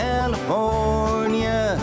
California